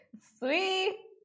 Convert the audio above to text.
sweet